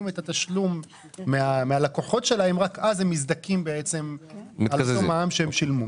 את התשלום מהלקוחות שלהם רק אז הם מזדכים על אותו מע"מ שהם שילמו.